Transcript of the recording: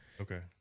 Okay